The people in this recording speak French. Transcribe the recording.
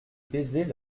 baisers